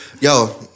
yo